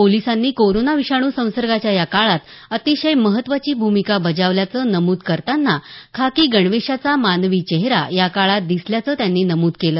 पोलिसांनी कोरोना विषाणू संसर्गाच्या या काळात अतिशय महत्त्वाची भूमिका बजावल्याचं नमूद करताना खाकी गणवेषाचा मानवी चेहरा या काळात दिसल्याचं त्यांनी नमूद केलं